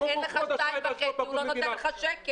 אם אין לך 2.5 הוא לא נותן לך שקל.